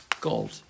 gold